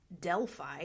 Delphi